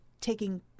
taking